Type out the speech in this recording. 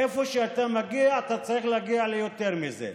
איפה שאתה מגיע, אתה צריך להגיע ליותר מזה,